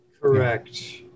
Correct